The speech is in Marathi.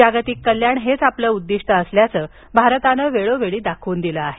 जागतिक कल्याण हेचं आपलं उद्दिष्ट असल्याचं भारतानं वेळोवेळी दाखवून दिलं आहे